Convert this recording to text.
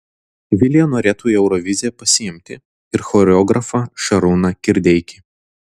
vilija norėtų į euroviziją pasiimti ir choreografą šarūną kirdeikį